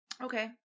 Okay